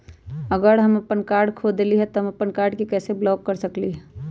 अगर हम अपन कार्ड खो देली ह त हम अपन कार्ड के कैसे ब्लॉक कर सकली ह?